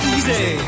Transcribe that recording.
Easy